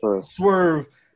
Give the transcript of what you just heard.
Swerve